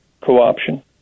co-option